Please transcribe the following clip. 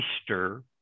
Easter